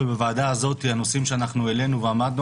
ובוועדה הזאת הנושאים שהעלינו ועמדנו